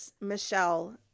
Michelle